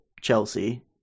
Chelsea